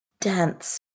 dance